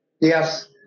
Yes